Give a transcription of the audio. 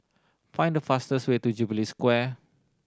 find the fastest way to Jubilee Square